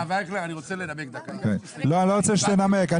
הרב אייכלר, אני רוצה לנמק דקה.